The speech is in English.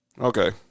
Okay